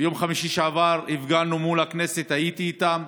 ביום חמישי שעבר הפגנו מול הכנסת, הייתי איתם.